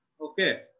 Okay